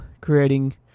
creating